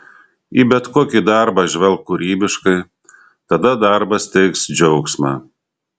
į bet kokį darbą žvelk kūrybiškai tada darbas teiks džiaugsmą